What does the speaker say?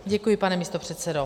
Děkuji, pane místopředsedo.